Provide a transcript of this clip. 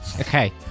Okay